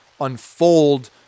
unfold